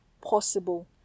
possible